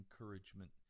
encouragement